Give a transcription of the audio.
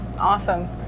Awesome